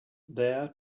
there